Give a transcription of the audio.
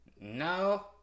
no